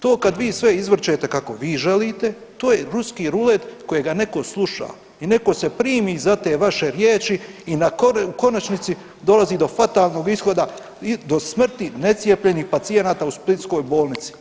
To kad vi sve izvrćete kako vi želite to je ruski rulet kojega neko sluša i neko se primi za te vaše riječi i u konačnici dolazi do fatalnog ishoda i do smrti necijepljenih pacijenata u splitskoj bolnici.